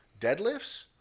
Deadlifts